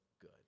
good